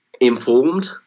informed